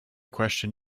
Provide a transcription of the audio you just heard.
question